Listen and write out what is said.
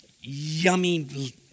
yummy